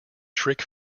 trick